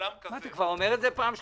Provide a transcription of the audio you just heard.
אתה אומר את זה כבר פעם שלישית.